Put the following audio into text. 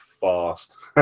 fast